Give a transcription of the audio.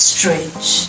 Strange